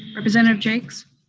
representative jaques?